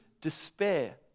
despair